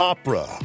Opera